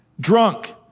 drunk